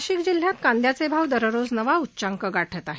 नाशिक जिल्ह्यात कांदयाचे भाव दररोज नवा उच्चांक गाठत आहेत